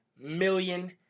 million